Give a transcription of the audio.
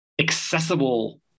accessible